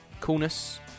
coolness